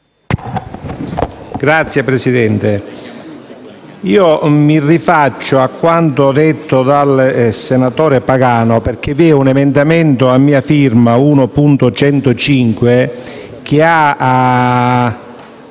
Signor Presidente, mi rifaccio a quanto detto dal senatore Pagano, perché vi è un emendamento a mia firma, l'1.105, che è